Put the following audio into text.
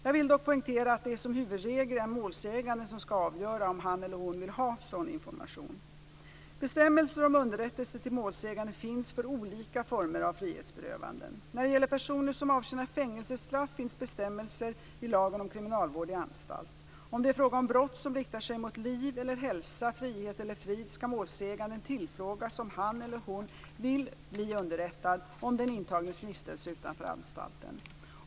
Jag vill dock poängtera att det som huvudregel är målsäganden som skall avgöra om han eller hon vill ha sådan information. Bestämmelser om underrättelser till målsäganden finns för olika former av frihetsberövanden. När det gäller personer som avtjänar fängelsestraff finns bestämmelser i 35 § lagen om kriminalvård i anstalt. Om det är fråga om brott som riktar sig mot liv eller hälsa, frihet eller frid, skall målsäganden tillfrågas om han eller hon vill bli underrättad om den intagnes vistelser utanför anstalten.